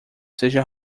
seja